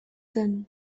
zen